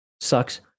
Sucks